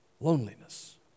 Loneliness